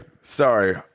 Sorry